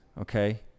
okay